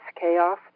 chaos